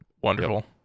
Wonderful